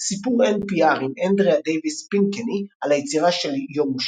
סיפור NPR עם אנדריאה דייוויס פינקני על היצירה של "יום מושלג"